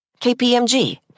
KPMG